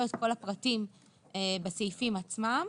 לא את כל הפרטים בסעיפים עצמם.